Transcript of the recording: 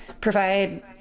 provide